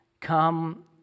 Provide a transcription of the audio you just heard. come